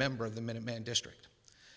member of the minuteman district